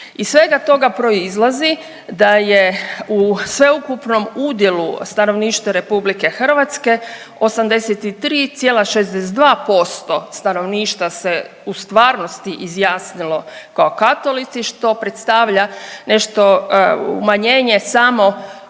Iz svega toga proizlazi da je u sveukupnom udjelu stanovništva Republike Hrvatske 83,62% stanovništva se u stvarnosti izjasnilo kao katolici što predstavlja nešto, umanjenje samo